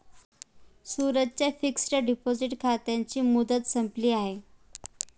सूरजच्या fixed deposit खात्याची मुदत संपली आहे